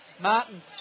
Martin